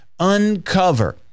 uncover